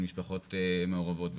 של משפחות מעורבות וכולי.